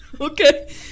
okay